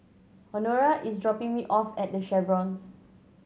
Honora is dropping me off at The Chevrons